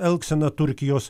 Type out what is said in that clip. elgsena turkijos